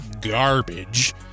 garbage